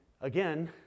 again